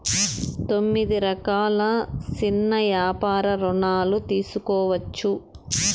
తొమ్మిది రకాల సిన్న యాపార రుణాలు తీసుకోవచ్చు